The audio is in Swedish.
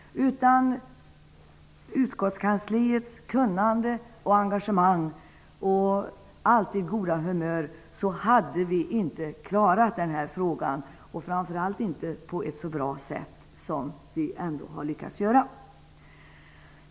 Utan utskottskansliets kunnande och engagemang och alltid goda humör hade vi inte klarat denna fråga, framför allt inte på ett så bra sätt som vi har lyckats åstadkomma.